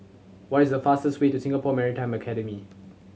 what is the fastest way to Singapore Maritime Academy